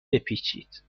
بپیچید